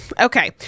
okay